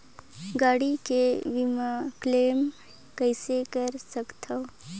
गाड़ी के बीमा क्लेम कइसे कर सकथव?